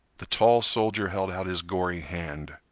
the tall soldier held out his gory hand.